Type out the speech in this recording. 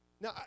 Now